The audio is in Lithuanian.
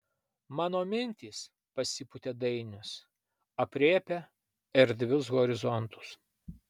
mano mintys pasipūtė dainius aprėpia erdvius horizontus